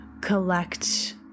collect